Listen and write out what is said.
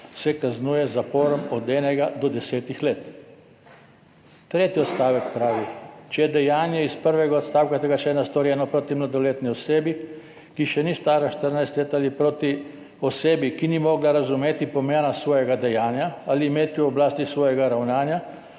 se kaznuje z zaporom od enega do desetih let.« Tretji odstavek pravi: »Če je dejanje iz prvega odstavka tega člena storjeno proti mladoletni osebi, ki še ni stara štirinajst let, ali proti osebi, ki ni mogla razumeti pomena svojega dejanja ali imeti v oblasti svojega ravnanja,